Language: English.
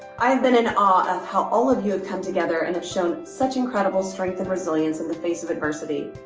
i have been in awe of how all of you have come together and have shown such incredible strength and resilience in the face of adversity.